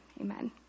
Amen